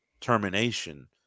termination